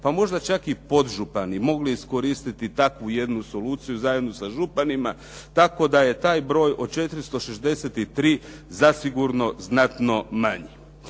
pa možda čak i podžupani mogli iskoristiti takvu jednu soluciju zajedno sa županima, tako da je taj broj od 463 zasigurno znatno manji.